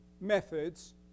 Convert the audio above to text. methods